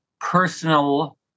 personal